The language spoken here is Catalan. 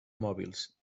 mòbils